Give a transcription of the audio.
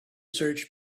search